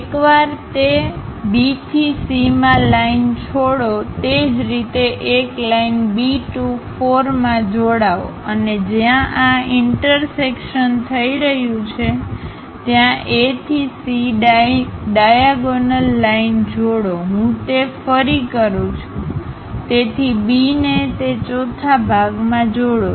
એકવાર તે B થી Cમાં લાઈન છોડો તે જ રીતે એક લાઈન B 2 4 માં જોડાઓ અને જ્યાં આ ઈન્ટરસેકશન થઈ રહ્યું છે ત્યાં A થી C ડાયાગોનલ લાઈન જોડો હું તે ફરી કરું છું તેથી B ને તે ચોથા ભાગમાં જોડો